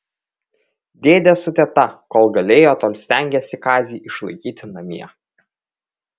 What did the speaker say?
dėdė su teta kol galėjo tol stengėsi kazį išlaikyti namie